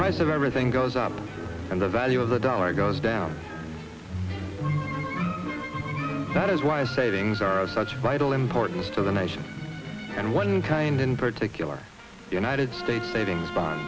price of everything goes up and the value of the dollar goes down that is why a savings are such vital importance to the nation and one kind in particular united states savings bond